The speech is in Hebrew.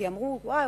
כי אמרו: וואו,